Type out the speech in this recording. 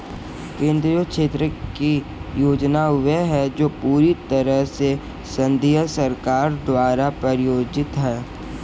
केंद्रीय क्षेत्र की योजनाएं वे है जो पूरी तरह से संघीय सरकार द्वारा प्रायोजित है